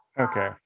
Okay